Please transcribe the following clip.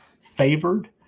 favored